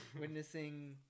witnessing